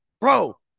Bro